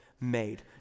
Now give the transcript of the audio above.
made